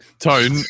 Tone